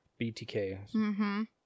btk